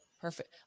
perfect